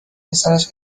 پسرش